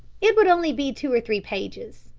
it would only be two or three pages,